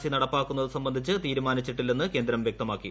C നടപ്പാക്കുന്നത് സംബന്ധിച്ച് തീരുമാനിച്ചിട്ടില്ലെന്ന് കേന്ദ്രം വ്യക്തമാക്കി